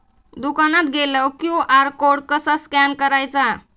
दुकानात गेल्यावर QR code कसा स्कॅन करायचा?